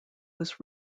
was